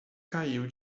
caiu